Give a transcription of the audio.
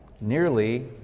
nearly